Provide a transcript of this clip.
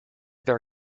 their